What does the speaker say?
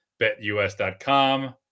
BetUS.com